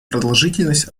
продолжительность